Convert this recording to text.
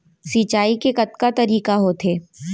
सिंचाई के कतका तरीक़ा होथे?